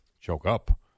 Choke-up